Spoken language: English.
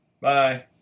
Bye